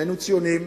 שנינו ציונים,